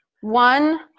one